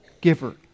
giver